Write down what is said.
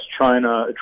china